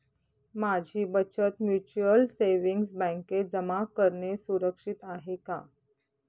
माझी बचत mutual savings बँकेत जमा करणे सुरक्षित आहे का